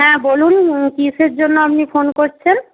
হ্যাঁ বলুন কীসের জন্য আপনি ফোন করছেন